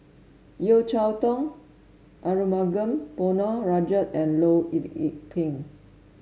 Yeo Cheow Tong Arumugam Ponnu Rajah and Loh Lik Peng